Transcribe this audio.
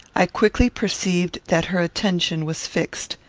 i quickly perceived that her attention was fixed.